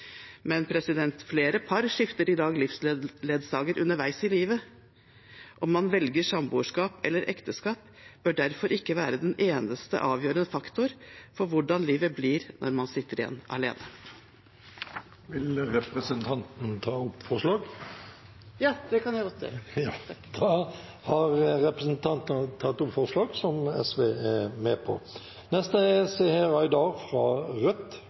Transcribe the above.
Men flere skifter i dag livsledsager underveis i livet. Om man velger samboerskap eller ekteskap, bør derfor ikke være den eneste avgjørende faktoren for hvordan livet blir når man sitter igjen alene. Jeg vil ta opp forslaget fra SV og Venstre. Representanten Kathy Lie har tatt opp det forslaget hun refererte til. Rødt vil støtte nær sagt ethvert forslag som fremmer likestilling. Spesielt hyggelig er